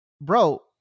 bro